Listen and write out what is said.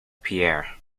pierre